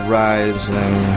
rising